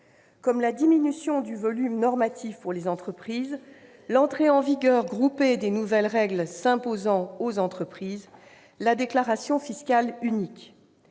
la diminution du volume normatif pour les entreprises, l'entrée en vigueur groupée des nouvelles règles s'imposant aux entreprises et la déclaration fiscale unique.